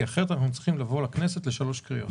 כי אחרת, נצטרך לבוא לכנסת לשלוש קריאות.